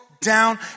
down